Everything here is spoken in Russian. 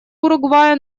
уругвая